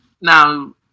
Now